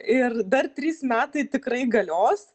ir dar trys metai tikrai galios